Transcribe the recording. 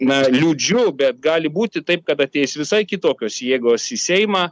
na liūdžiu bet gali būti taip kad ateis visai kitokios jėgos į seimą